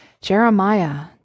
Jeremiah